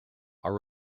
are